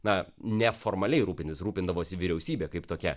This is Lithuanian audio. na neformaliai rūpintis rūpindavosi vyriausybė kaip tokia